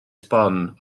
sbon